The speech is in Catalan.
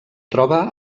troba